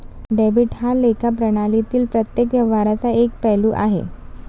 debit हा लेखा प्रणालीतील प्रत्येक व्यवहाराचा एक पैलू आहे